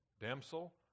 Damsel